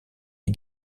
des